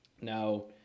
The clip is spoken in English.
Now